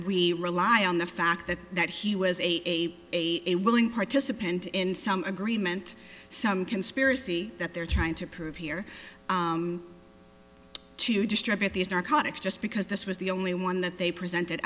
we rely on the fact that that he was a a a willing participant in some agreement some conspiracy that they're trying to prove here to distribute these narcotics just because this was the only one that they presented